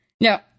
Now